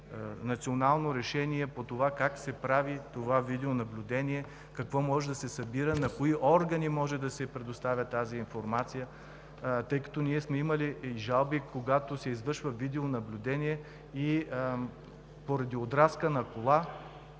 национално решение по това как се прави това видеонаблюдение, какво може да се събира, на кои органи може да се предоставя тази информация, тъй като ние сме имали и жалби, когато се извършва видеонаблюдение и поради одраскана кола